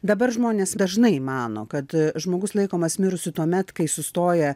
dabar žmonės dažnai mano kad žmogus laikomas mirusiu tuomet kai sustoja